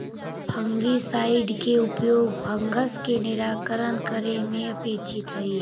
fungicide के उपयोग fungus के निराकरण करे में अपेक्षित हई